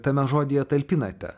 tame žodyje talpinate